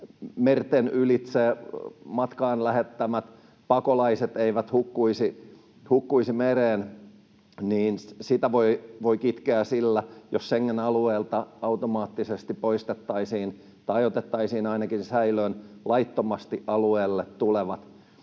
merten ylitse matkaan lähettämät pakolaiset eivät hukkuisi mereen. Sitä voi kitkeä sillä, jos Schengen-alueelta automaattisesti poistettaisiin tai otettaisiin ainakin säilöön laittomasti alueelle tulevat.